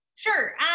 Sure